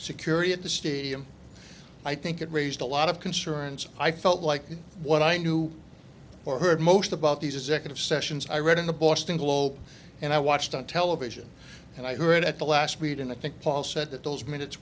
security at the stadium i think it raised a lot of concerns i felt like what i knew or heard most about these executive sessions i read in the boston globe and i watched on television and i heard at the last week in the i think paul said that those minutes